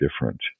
different